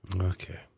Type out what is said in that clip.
Okay